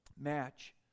match